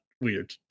weird